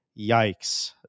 yikes